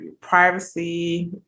privacy